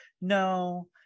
no